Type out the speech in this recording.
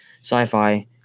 sci-fi